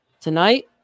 tonight